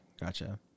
Gotcha